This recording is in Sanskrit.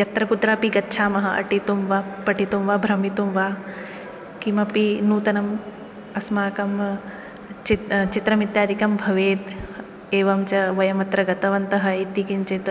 यत्र कुत्रापि गच्छामः अटितुं वा पठितुं वा भ्रमितुं वा किमपि नूतनम् अस्माकं चि चित्रमित्यादिकं भवेत् एवञ्च वयं अत्र गन्तवन्तः इति किञ्चित्